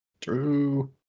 True